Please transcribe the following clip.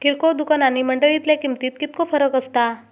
किरकोळ दुकाना आणि मंडळीतल्या किमतीत कितको फरक असता?